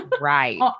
right